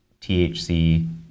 THC